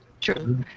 True